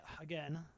again